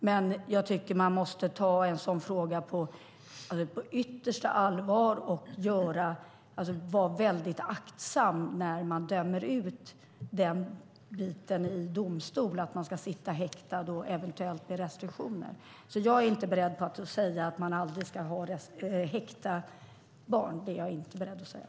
Jag tycker dock att man måste ta en sådan fråga på yttersta allvar och vara väldigt aktsam när man i domstol dömer ut att någon ska sitta häktad, eventuellt med restriktioner. Jag är alltså inte beredd att säga att man aldrig ska häkta barn. Det är jag inte beredd att säga.